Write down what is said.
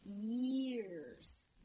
years